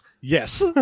Yes